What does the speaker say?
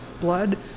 blood